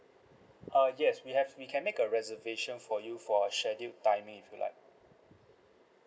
uh yes we have we can make a reservation for you for a scheduled timing if you like